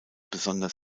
besonders